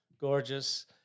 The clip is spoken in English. gorgeous